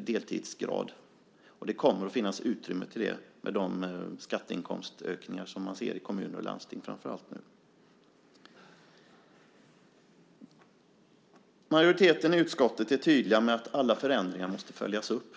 deltidsgrad, och det kommer att finnas utrymme för det med de skatteinkomstökningar som man framför allt ser i kommuner och landsting nu. Majoriteten i utskottet är tydlig med att alla förändringar måste följas upp.